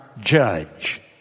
judge